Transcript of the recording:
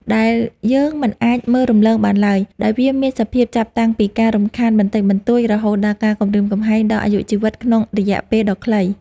ដែលយើងមិនអាចមើលរំលងបានឡើយ ដោយវាមានសភាពចាប់តាំងពីការរំខានបន្តិចបន្តួច រហូតដល់ការគំរាមកំហែងដល់អាយុជីវិតក្នុងរយៈពេលដ៏ខ្លី។